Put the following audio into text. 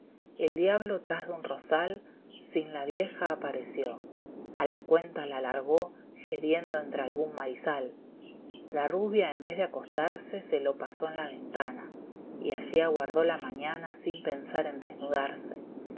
el diablo tras de un rosal sin la vieja apareció a la cuenta la largó jediendo entre algún maizal la rubia en vez de acostarse se lo pasó eir la ventana y allí aguardó la mañana sin pensar en desnudarse